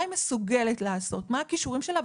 מה היא מסוגלת לעשות ומה הם הכישורים שלה,